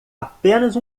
apenas